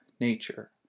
nature